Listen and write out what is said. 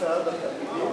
חוק הבנקאות